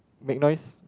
make noise